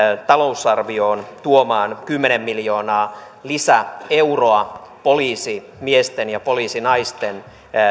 talousarvioon tuomaan kymmenen miljoonaa lisäeuroa poliisimiesten ja poliisinaisten